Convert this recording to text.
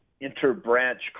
inter-branch